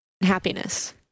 happiness